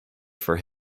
for